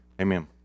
Amen